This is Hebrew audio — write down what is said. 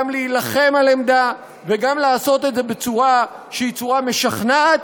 גם להילחם על עמדה וגם לעשות את זה בצורה שהיא משכנעת